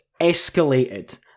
escalated